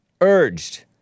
Urged